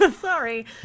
sorry